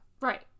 Right